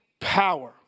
power